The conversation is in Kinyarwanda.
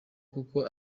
kuko